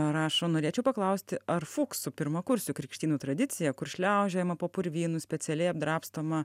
rašo norėčiau paklausti ar fuksų pirmakursių krikštynų tradicija kur šliaužiojama po purvynus specialiai apdrabstoma